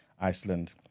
Iceland